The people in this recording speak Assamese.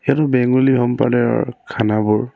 সেইটো বেংগলী সম্প্ৰদায়ৰ খানাবোৰ